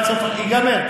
ייגמר עד סוף, ייגמר.